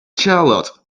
charlotte